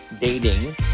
dating